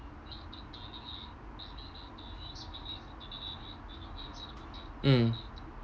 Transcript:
mm